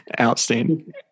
Outstanding